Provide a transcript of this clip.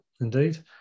indeed